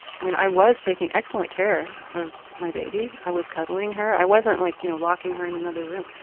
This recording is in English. i mean i was taking excellent care of my baby. i was cuddling her. i wasn't like you know locking her in another room.